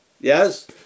Yes